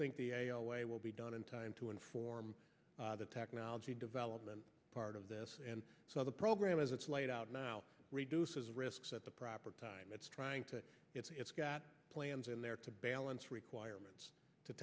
think the way will be done in time to inform the technology development part of this and so the program as it's laid out now reduces risks at the proper time it's trying to it's got plans in there to balance requirements to